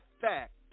fact